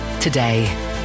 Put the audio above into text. today